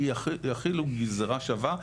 יחילו בגזרה שווה,